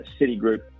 Citigroup